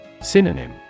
Synonym